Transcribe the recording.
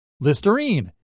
Listerine